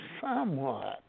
somewhat